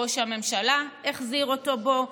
ראש הממשלה החזיר אותו בו.